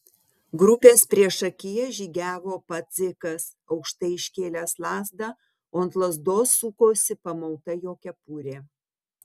grupės priešakyje žygiavo pats dzikas aukštai iškėlęs lazdą o ant lazdos sukosi pamauta jo kepurė